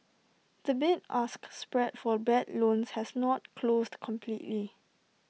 the bid ask spread for bad loans has not closed completely